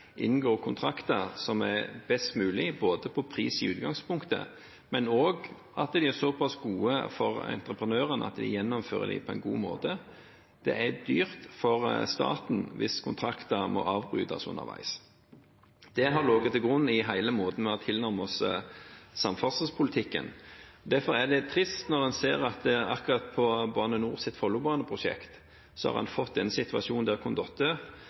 inngår kontrakter som er best mulig, ikke bare på pris i utgangspunktet, men også at de er såpass gode for entreprenørene at de gjennomfører dem på en god måte. Det er dyrt for staten hvis kontrakter må brytes underveis. Det har ligget til grunn i hele den måten vi har tilnærmet oss samferdselspolitikken på. Derfor er det trist å se at på Bane NORs Follobane-prosjekt har en fått den situasjonen at Condotte